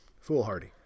foolhardy